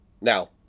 now